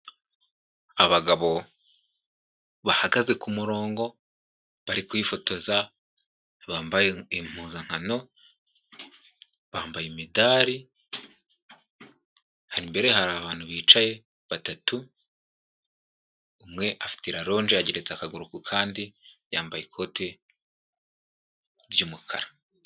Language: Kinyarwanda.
Abagabo bahagaze ku kumurongo bari kwifotoza, bambaye impuzankano, bambaye imidari, imbere hari abantu bicaye batatu, umwe afite raronje ageretse akaguru ku kandi, yambaye ikoti ry'umukara.